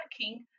working